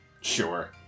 Sure